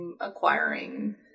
acquiring